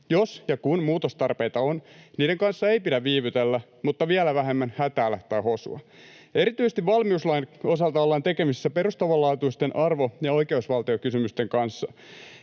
Jos ja kun muutostarpeita on, niiden kanssa ei pidä viivytellä, mutta vielä vähemmän hätäillä tai hosua. Erityisesti valmiuslain osalta ollaan tekemisissä perustavanlaatuisten arvo‑ ja oikeusvaltiokysymysten kanssa.